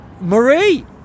marie